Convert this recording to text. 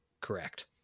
Correct